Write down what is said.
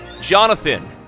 Jonathan